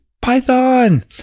Python